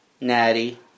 Natty